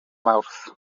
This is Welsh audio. mawrth